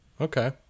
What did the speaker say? Okay